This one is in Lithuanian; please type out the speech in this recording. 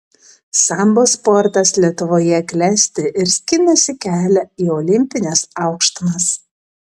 sambo sportas lietuvoje klesti ir skinasi kelią į olimpines aukštumas